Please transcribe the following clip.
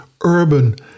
urban